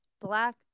Black